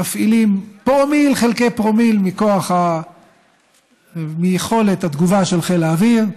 מפעילים פרומיל חלקי פרומיל מיכולת התגובה של חיל האוויר,